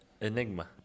enigma